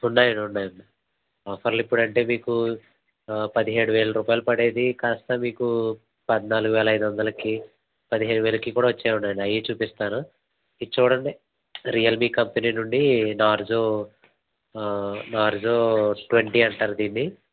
ఉన్నాయండి ఉన్నాయండి ఆఫర్లు ఇప్పుడు అంటే మీకు పదిహేడు వేల రూపాయలు పడేది కాస్త మీకు పద్నాలుగు వేల ఐదు వందలకి పదిహేను వేలకు కూడా వచ్చేవి ఉన్నాయండి అవి చూపిస్తాను ఇది చూడండి రియల్మీ కంపెనీ నుండి నార్జో నార్జో ట్వంటీ అంటారు దీన్ని